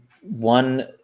one